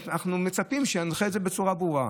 אנחנו מצפים שינחה את זה בצורה ברורה.